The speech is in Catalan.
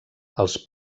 als